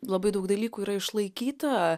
labai daug dalykų yra išlaikyta